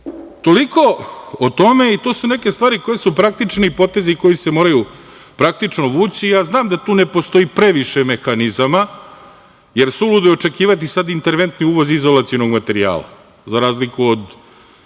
o tome, i to su neke stvari koje su praktični potezi koji se moraju praktično vući. Znam da tu ne postoji previše mehanizama, jer suludo je očekivati sad interventni uvoz izolacionog materijala, za razliku od